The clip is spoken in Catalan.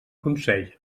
consell